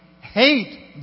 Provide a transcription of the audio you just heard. hate